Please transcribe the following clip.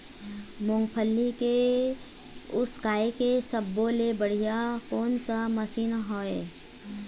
मूंगफली के उसकाय के सब्बो ले बढ़िया कोन सा मशीन हेवय?